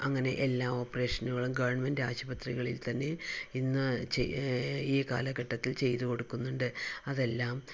അങ്ങനെ എല്ലാ ഓപ്പറേഷനുകളും ഗവണ്മെന്റ് ആശുപത്രികളിൽ തന്നെ ഇന്ന് ഈ കാലഘട്ടത്തിൽ ചെയ്തു കൊടുക്കുന്നുണ്ട് അതെല്ലാം